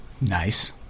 Nice